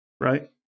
right